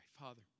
Father